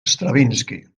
stravinski